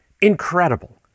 Incredible